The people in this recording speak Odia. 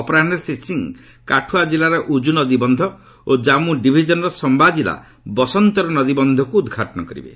ଅପରାହୁରେ ଶ୍ରୀ ସିଂହ କାଠୁଆ କିଲ୍ଲାର ଉଜୁନଦୀ ବନ୍ଧ ଓ ଜାମ୍ମୁ ଡିଭିଜନ୍ର ସମ୍ଭା ଜିଲ୍ଲା ବସନ୍ତର ନଦୀ ବନ୍ଧକୁ ଉଦ୍ଘାଟନ କରିବେ